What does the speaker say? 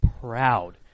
proud